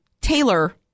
Taylor